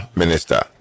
minister